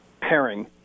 pairing